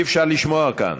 אי-אפשר לשמוע כאן.